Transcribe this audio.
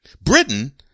Britain